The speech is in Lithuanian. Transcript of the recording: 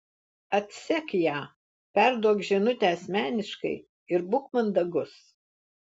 atsek ją perduok žinutę asmeniškai ir būk mandagus